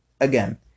again